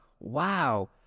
wow